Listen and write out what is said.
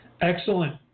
Excellent